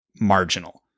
marginal